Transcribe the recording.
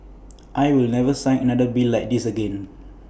I will never sign another bill like this again